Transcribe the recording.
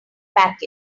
pack